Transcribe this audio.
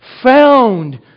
found